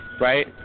right